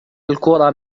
الكرة